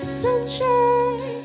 sunshine